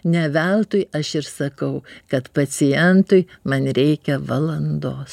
ne veltui aš ir sakau kad pacientui man reikia valandos